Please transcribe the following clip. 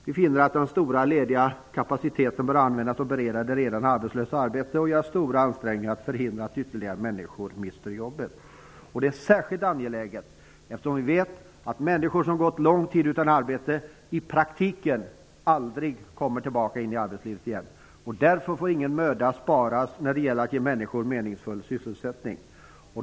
Vi finner att den stora lediga kapaciteten bör användas till att bereda de redan arbetslösa arbete och till att göra stora ansträngningar för att förhindra att ytterligare människor mister jobbet. Det är särskilt angeläget eftersom vi vet att människor som gått lång tid utan arbete i praktiken aldrig kommer tillbaka in i arbetslivet igen. Därför får ingen möda sparas när det gäller att ge människor meningsfull sysselsättning.